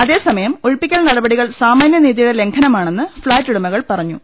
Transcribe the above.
അതേസമയം ഒഴി പ്പിക്കൽ നടപടികൾ സാമാന്യ നീതിയുടെ ലംഘനമാ ണെന്ന് ഫ്ളാറ്റുടമകൾ പറഞ്ഞു